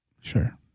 Sure